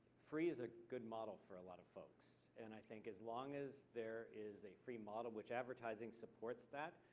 free is a good model for a lot of folks, and i think as long as there is a free model, which advertising supports that,